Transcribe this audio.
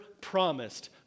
promised